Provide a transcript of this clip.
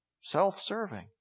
self-serving